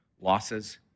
losses